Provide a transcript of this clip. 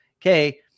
okay